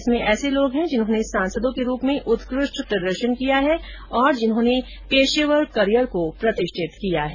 इसमें ऐसे लोग है जिन्होंने सांसदों के रूप में उत्कृष्ट प्रदर्शन किया है और जिन्होंने पेशेवर कैरियर को प्रतिष्ठित किया है